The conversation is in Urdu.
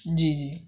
جی جی